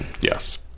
yes